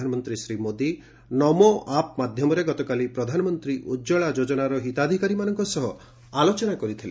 ପ୍ରଧାନମନ୍ତ୍ରୀ ଶ୍ରୀ ମୋଦି ନମୋ ଆପ୍ ମାଧ୍ୟମରେ ଗତକାଲି ପ୍ରଧାନମନ୍ତ୍ରୀ ଉଜଳା ଯୋଜନାର ହିତାଧିକାରୀମାନଙ୍କ ସହ ଆଲୋଚନା କରିଥିଲେ